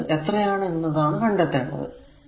ഇനി അത് എത്രയാണ് എന്നതാണ് കണ്ടെത്തേണ്ടത്